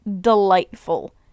delightful